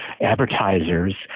advertisers